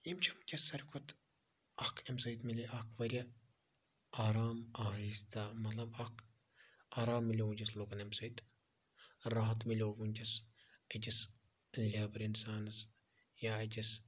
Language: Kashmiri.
یِم چھِ وٕنکٮ۪س ساروی کھۄتہٕ اکھ امہِ سۭتۍ ملے اکھ واریاہ آرام آہِستہ مَطلَب اکھ آرام مِلیو وٕنکٮ۪س لُکَن امہ سۭتۍ راحَت مِلیو وٕنکٮ۪س أکِس لیبَر اِنسانَس یا أکِس